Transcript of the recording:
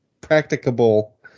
Practicable